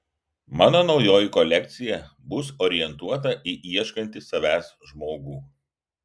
mano naujoji kolekcija bus orientuota į ieškantį savęs žmogų